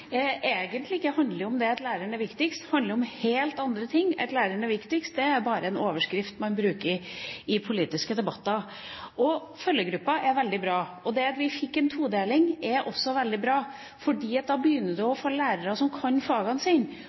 læreren er viktigst; de handler om helt andre ting. Det at læreren er viktigst, er bare en overskrift man bruker i politiske debatter. Følgegruppen er veldig bra. Det at vi fikk en todeling, er også veldig bra, for da begynner man å få lærere som kan fagene